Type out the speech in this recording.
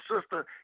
Sister